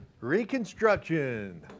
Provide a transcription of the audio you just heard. Reconstruction